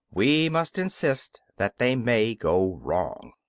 we must insist that they may go wrong.